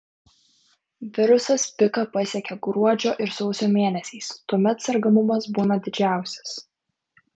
virusas piką pasiekią gruodžio ir sausio mėnesiais tuomet sergamumas būna didžiausias